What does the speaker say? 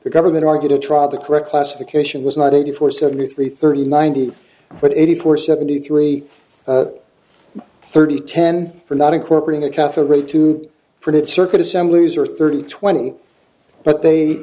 the government are going to try the correct classification was not eighty four seventy three thirty ninety one eighty four seventy three thirty ten for not incorporating a category two printed circuit assemblies or thirty twenty but they